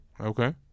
Okay